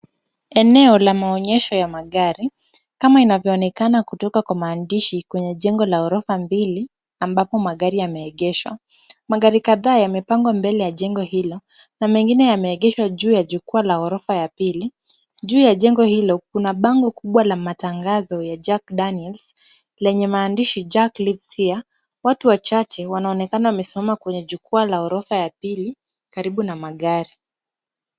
Eneo la maonyesho ya magari, kama inavyoonekana kutoka kwa maandishi kwenye jengo la ghorofa mbili, ambapo magari yameegeshwa. Magari kadhaa yamepangwa mbele ya jengo hilo na mengine yameegeshwa juu ya jukwaa ya ghorofa ya pili. Juu ya jengo hilo, kuna bango kubwa la matangazo ya Jack Daniel, lenye maandishi Jack lives here . Watu wachache wanaonekana wamesimama kwenye jukwaa la ghorofa ya pili karibu na magari.